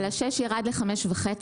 אבל ה-6 ירד ל-5.5.